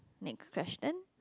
next question